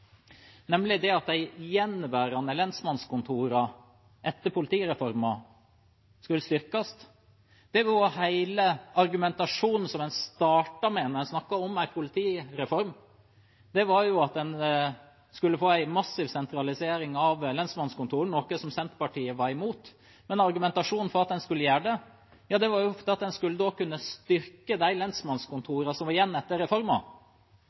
nemlig at de gjenværende lensmannskontorene etter politireformen skulle styrkes. Hele argumentasjonen som man startet med da man snakket om en politireform, var jo at man skulle få en massiv sentralisering av lensmannskontor, noe som Senterpartiet var imot. Men argumentasjonen for at man skulle gjøre det, var at man skulle kunne styrke de lensmannskontorene som var igjen etter